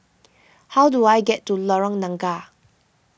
how do I get to Lorong Nangka